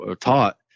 taught